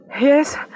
Yes